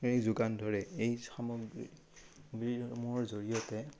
যোগান ধৰে এই সামগ্ৰী সমূহৰ জৰিয়তে